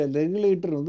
regulator